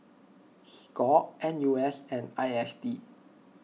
Score N U S and I S D